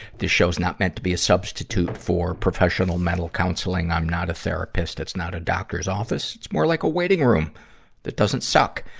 this show's not meant to be a substitute for professional mental counseling. i'm not a therapist. it's not a doctor's office. it's more like a waiting room that doesn't suck.